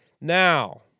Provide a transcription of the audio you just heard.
Now